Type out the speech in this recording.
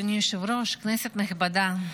אדוני היושב-ראש, כנסת נכבדה,